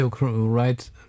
right